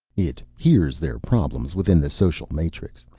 it hears their problems within the social matrix.